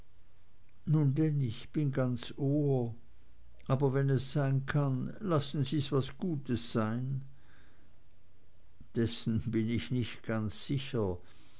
denn ich bin ganz ohr aber wenn es sein kann lassen sie's was gutes sein dessen bin ich nicht ganz sicher